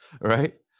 right